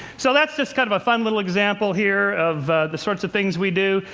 so that's just kind of a fun little example here of the sorts of things we do.